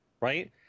right